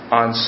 on